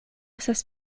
estas